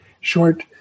short